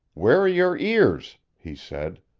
where are your ears? he said.